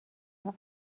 ساعت